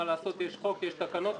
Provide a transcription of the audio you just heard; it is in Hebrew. מה לעשות, יש חוק, יש תקנות.